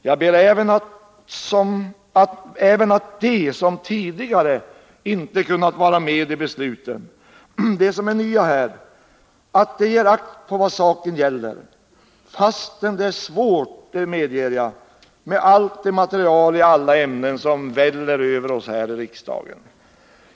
Jag ber även att de som tidigare inte kunnat vara med i besluten, de som är nya här i riksdagen, ger akt på vad saken gäller, fastän det är svårt — det medger jag — med allt det material i alla ämnen som väller över oss i riksdagen.